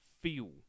feel